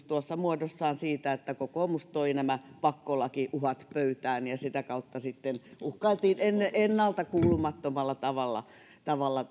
tuossa muodossaan siitä että kokoomus toi nämä pakkolakiuhat pöytään ja sitä kautta sitten uhkailtiin ennalta kuulumattomalla tavalla tavalla